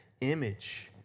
image